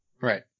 Right